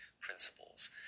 principles